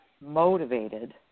motivated